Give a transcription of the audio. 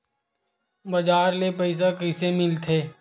बजार ले पईसा कइसे मिलथे?